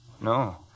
No